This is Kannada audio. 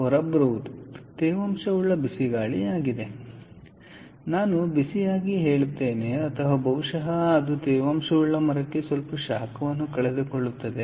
ಆದ್ದರಿಂದ ಹೊರಬರುವುದು ತೇವಾಂಶವುಳ್ಳ ಬಿಸಿ ಗಾಳಿಯಾಗಿದೆ ನಾನು ಬಿಸಿಯಾಗಿ ಹೇಳುತ್ತೇನೆ ಅಥವಾ ಬಹುಶಃ ಅದು ತೇವಾಂಶವುಳ್ಳ ಮರಕ್ಕೆ ಸ್ವಲ್ಪ ಶಾಖವನ್ನು ಕಳೆದುಕೊಳ್ಳುತ್ತದೆ